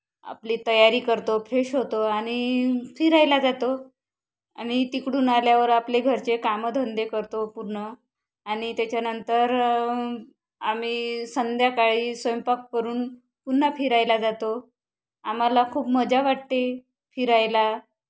आपली तयारी करतो फ्रेश होतो आणि फिरायला जातो आणि तिकडून आल्यावर आपले घरचे कामं धंदे करतो पूर्ण आणि त्याच्यानंतर आम्ही संध्याकाळी स्वयंपाक करून पुन्हा फिरायला जातो आम्हाला खूप मजा वाटते फिरायला